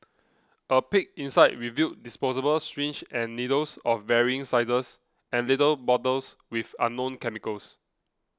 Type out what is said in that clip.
a peek inside revealed disposable syringes and needles of varying sizes and little bottles with unknown chemicals